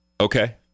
Okay